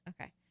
Okay